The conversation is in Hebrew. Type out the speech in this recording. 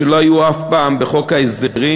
שלא היו אף פעם בחוק ההסדרים.